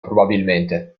probabilmente